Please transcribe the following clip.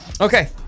Okay